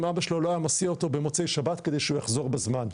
אבא שלו לא היה מסיע אותו במוצאי שבת כדי שהוא יחזור בזמן.